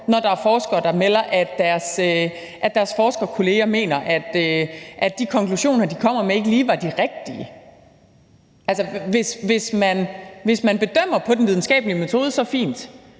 når der er forskere, der melder, at deres forskerkolleger mener, at de konklusioner, de kommer med, ikke lige er de rigtige. Altså, hvis man bedømmer på den videnskabelig metode, er det